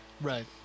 Right